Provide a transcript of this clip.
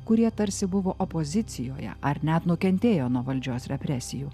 kurie tarsi buvo opozicijoje ar net nukentėjo nuo valdžios represijų